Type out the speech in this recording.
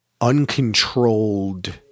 uncontrolled